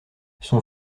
son